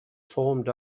formed